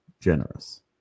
generous